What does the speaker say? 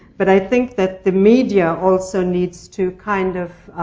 but i think that the media also needs to, kind of,